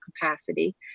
capacity